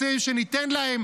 רוצה שניתן להם,